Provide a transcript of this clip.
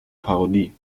parodie